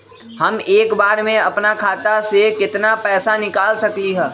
हम एक बार में अपना खाता से केतना पैसा निकाल सकली ह?